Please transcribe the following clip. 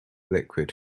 liquid